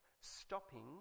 stopping